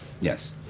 Yes